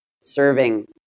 serving